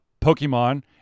Pokemon